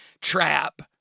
trap